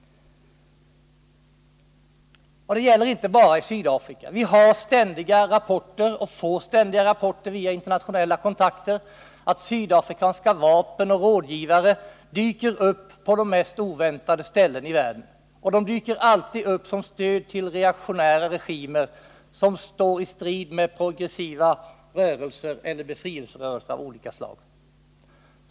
Vi får dessutom via internationella kontakter ständigt rapporter om att sydafrikanska vapen och rådgivare dyker upp på de mest oväntade ställen i världen — och alltid som stöd till reaktionära regimer som befinner sig i strid med progressiva rörelser eller befrielserörelser av olika slag.